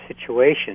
situation